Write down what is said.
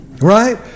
Right